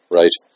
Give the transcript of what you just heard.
right